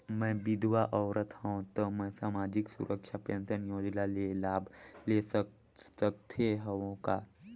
मैं विधवा औरत हवं त मै समाजिक सुरक्षा पेंशन योजना ले लाभ ले सकथे हव का?